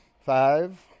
Five